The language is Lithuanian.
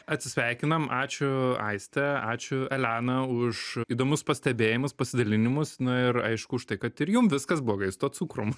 atsisveikinam ačiū aiste ačiū elena už įdomius pastebėjimus pasidalinimus na ir aišku už štai kad ir jum viskas blogai su tuom cukrum